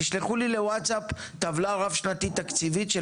תשלחו לי לווטצאפ טבלה תקציבית רב שנתית של